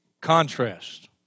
Contrast